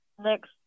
next